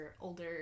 older